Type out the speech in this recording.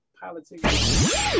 politics